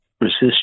resist